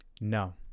No